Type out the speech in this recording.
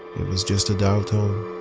it was just a dial tone.